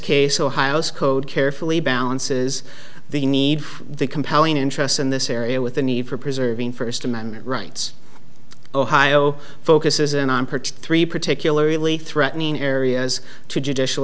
case ohio's code carefully balances the need for the compelling interests in this area with the need for preserving first amendment rights ohio focuses in on part three particularly threatening areas to judicial